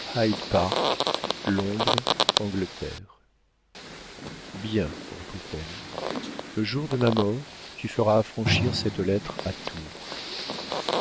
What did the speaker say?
londres angleterre bien reprit-elle le jour de ma mort tu feras affranchir cette lettre à tours